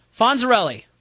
Fonzarelli